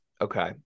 Okay